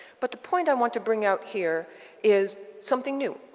but the point i want to bring out here is something new.